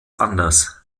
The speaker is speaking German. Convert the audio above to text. anders